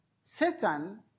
Satan